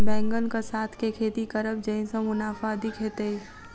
बैंगन कऽ साथ केँ खेती करब जयसँ मुनाफा अधिक हेतइ?